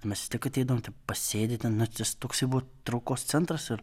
mes vis teik ateidavom ten pasėdi ten vat jis buvo toks traukos centras ar